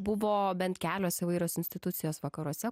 buvo bent kelios įvairios institucijos vakaruose